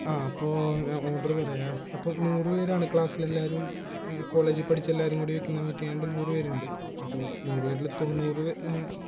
അപ്പോൾ ഞാൻ ഓർഡർ പറയാം അപ്പോൾ നൂറുപേരാണ് ക്ലാസിലെല്ലാവരും കോളേജിൽ പഠിച്ച എല്ലാവരുംകൂടി വെക്കുന്ന മീറ്റിംഗ് ആയത് കൊണ്ട് നൂറുപേരുണ്ട് അപ്പോൾ നൂറുപേരില് തൊണ്ണൂറ്